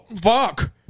fuck